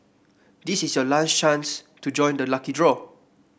this is your last chance to join the lucky draw